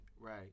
right